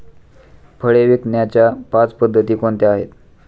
फळे विकण्याच्या पाच पद्धती कोणत्या आहेत?